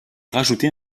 rajouter